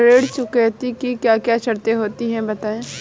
ऋण चुकौती की क्या क्या शर्तें होती हैं बताएँ?